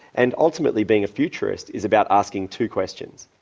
and ultimately being a futurist is about asking two questions.